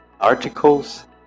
articles